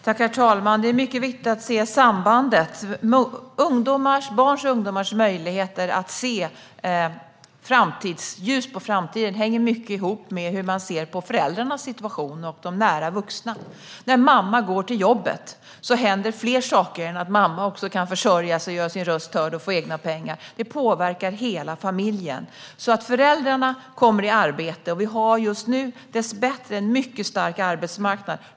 Herr talman! Det är mycket viktigt att se sambandet. Barns och ungdomars möjligheter att se ljust på framtiden hänger mycket ihop med hur man ser på föräldrarnas och andra nära vuxnas situation. När mamma går till jobbet händer det fler saker än att mamma kan försörja sig, göra sin röst hörd och få egna pengar. Det påverkar hela familjen att föräldrarna kommer i arbete. Vi har just nu dessbättre en mycket stark arbetsmarknad.